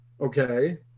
okay